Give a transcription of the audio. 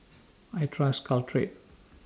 I Trust Caltrate